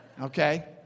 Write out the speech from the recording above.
Okay